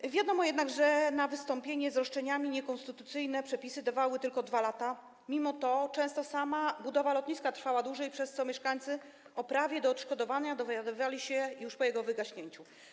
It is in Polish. Jak wiadomo, na wystąpienie z roszczeniami niekonstytucyjne przepisy dawały tylko 2 lata, a często sama budowa lotniska trwała dłużej, przez co mieszkańcy o prawie do odszkodowania dowiadywali się już po jego wygaśnięciu.